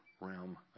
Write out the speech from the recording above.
realm